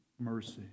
mercy